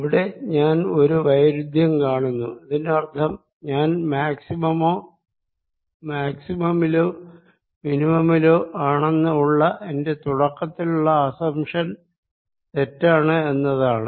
ഇവിടെ ഞാൻ ഒരു വൈരുദ്ധ്യം കാണുന്നു ഇതിനർത്ഥം ഞാൻ മാക്സിമമിലോ മിനിമമിലോ ആണെന്ന് ഉള്ള എന്റെ തുടക്കത്തിലുള്ള അസംപ്ഷൻ തെറ്റാണ് എന്നതാണ്